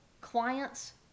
clients